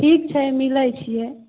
ठीक छै मिलैत छियै